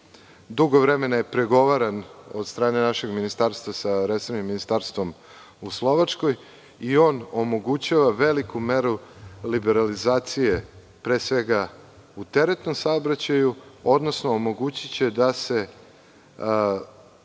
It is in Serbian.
Dugo vremena je pregovaran od strane našeg ministarstva, sa resornim ministarstvom u Slovačkoj, i on omogućava veliku meru liberalizacije, pre svega u teretnom saobraćaju, odnosno omogućiće da se